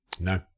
No